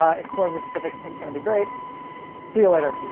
ah exploring the pacific. it's gonna be great see you later